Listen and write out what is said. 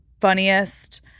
funniest